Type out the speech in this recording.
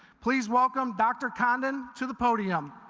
please welcome dr. condon to the podium.